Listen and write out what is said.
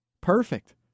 Perfect